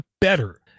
better